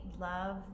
love